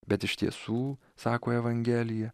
bet iš tiesų sako evangelija